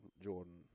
Jordan